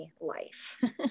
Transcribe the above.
life